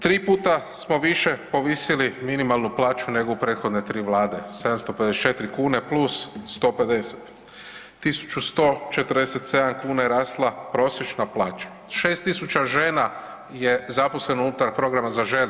Tri puta smo više povisili minimalnu plaću nego u prethodne 3 vlade, 754 kune + 150, 1147 kuna je rasla prosječna plaća, 6000 žena je zaposleno unutar programa „Zaželi“